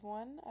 one